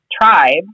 tribe